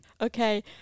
okay